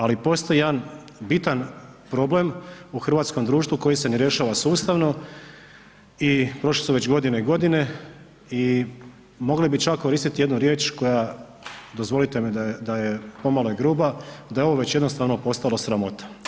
Ali postoji jedan bitan problem u hrvatskom društvu koji se ne rješava sustavno i prošle su već godine i godine i mogli bi čak koristiti jednu riječ koja, dozvolite mi pomalo je gruba, da je ovo već jednostavno postalo sramota.